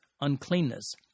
uncleanness